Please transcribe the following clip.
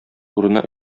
урыны